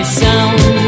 sound